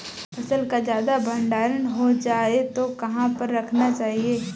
फसल का ज्यादा भंडारण हो जाए तो कहाँ पर रखना चाहिए?